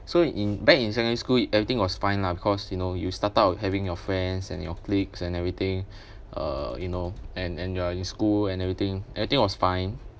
so in back in secondary school everything was fine lah because you know you started out with having your friends and your colleagues and everything uh you know and and you are in school and everything everything was fine